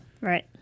right